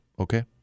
Okay